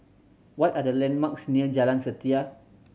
what are the landmarks near Jalan Setia